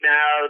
Now